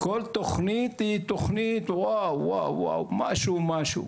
כל תכנית היא תכנית וואו משהו משהו,